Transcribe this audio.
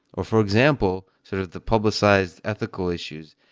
ah for example, sort of the publicize ethical issues,